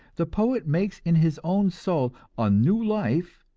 the poet makes in his own soul a new life,